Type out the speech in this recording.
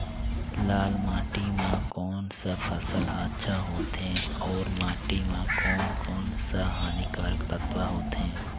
लाल माटी मां कोन सा फसल ह अच्छा होथे अउर माटी म कोन कोन स हानिकारक तत्व होथे?